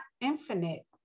infinite